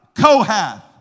Kohath